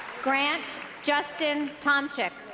grant justyn tomchick